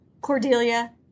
Cordelia